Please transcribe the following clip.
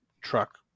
truck